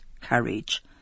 courage